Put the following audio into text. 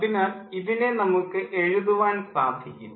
അതിനാൽ ഇതിനെ നമുക്ക് എഴുതുവാൻ സാധിക്കും